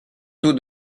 taux